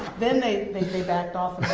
then they they backed off